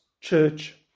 church